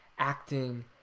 acting